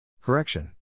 Correction